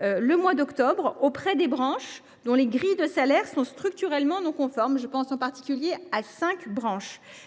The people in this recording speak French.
je mène ce travail auprès des branches dont les grilles de salaires sont structurellement non conformes – je pense en particulier à cinq d’entre